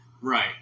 Right